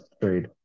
trade